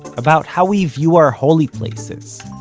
about how we view our holy places,